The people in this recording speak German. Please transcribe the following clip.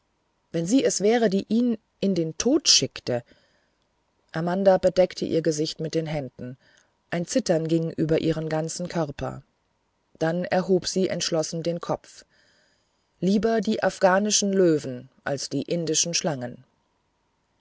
wenn sie es wäre die ihn in den tod schickte amanda bedeckte ihr gesicht mit den händen ein zittern ging über ihren ganzen körper dann erhob sie entschlossen den kopf lieber die afghanischen löwen als die indische schlange